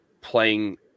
playing